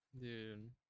dude